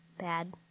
Bad